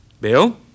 Bill